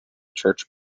church